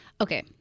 Okay